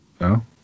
No